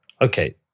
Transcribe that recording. Okay